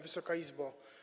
Wysoka Izbo!